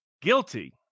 guilty